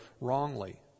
wrongly